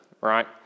Right